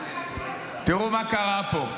תראו מה קרה פה.